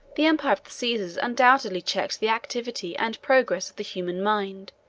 the empire of the caesars undoubtedly checked the activity and progress of the human mind